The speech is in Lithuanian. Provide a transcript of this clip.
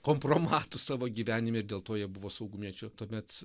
kompromatų savo gyvenime ir dėl to jie buvo saugumiečiu tuomet